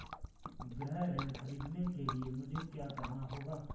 गृह ऋण ख़रीदने के लिए मुझे क्या करना होगा?